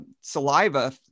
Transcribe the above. saliva